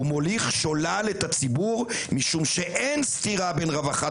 מוליך שולל את הציבור משום שאין סתירה בין רווחת